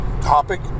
topic